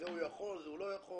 זה הוא יכול זה הוא לא יכול,